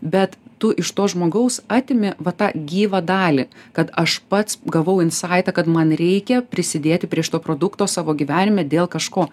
bet tu iš to žmogaus atimi va tą gyvą dalį kad aš pats gavau in saitą kad man reikia prisidėti prie šito produkto savo gyvenime dėl kažko